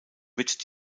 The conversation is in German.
wird